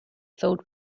filled